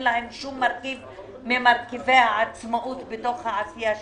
להן שום מרכיב ממרכיבי העצמאות בתוך העשייה שלהם.